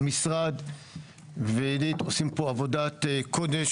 המשרד ועידית עושים פה עבודת קודש.